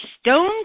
stone